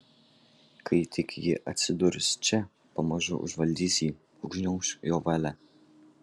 kai tik ji atsidurs čia pamažu užvaldys jį užgniauš jo valią